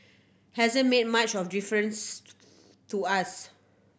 hasn't made much of difference to us